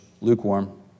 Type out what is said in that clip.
lukewarm